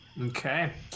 Okay